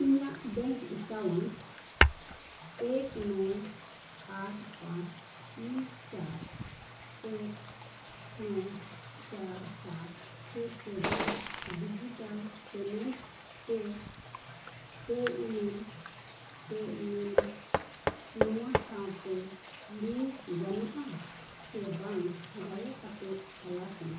ᱤᱧᱟᱹᱜ bank account ᱮᱹᱠ ᱱᱚᱭ ᱟᱴ ᱯᱟᱸᱪ ᱛᱤᱱ ᱪᱟᱨ ᱮᱠ ᱱᱚᱭ ᱪᱟᱨ ᱥᱟᱛ ᱪᱷᱚ ᱪᱷᱚ ᱫᱩᱭ ᱰᱤᱡᱤᱴᱟᱞ ᱯᱮᱢᱮᱴ ᱯᱮ ᱯᱮ ᱩᱢᱮᱞ ᱯᱮ ᱩᱢᱮᱞᱤ ᱱᱚᱣᱟ ᱥᱟᱶᱛᱮ ᱞᱤᱝᱠ ᱜᱟᱱᱚᱜᱼᱟ ᱥᱮ ᱵᱟᱝ ᱫᱟᱭᱟ ᱠᱟᱛᱮᱫ ᱛᱚᱞᱟᱥ ᱢᱮ